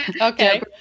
Okay